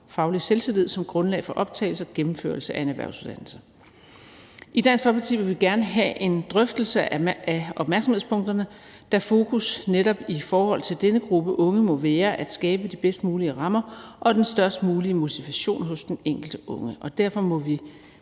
faglige selvtillid som grundlag for optagelse på og gennemførelse af en erhvervsuddannelse. I Dansk Folkeparti vil vi gerne have en drøftelse af opmærksomhedspunkterne, da fokus netop i forhold til denne gruppe unge må være at skabe de bedst mulige rammer og den størst mulige motivation hos den enkelte unge, og derfor må vi